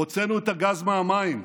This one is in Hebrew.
הוצאנו את הגז מהמים.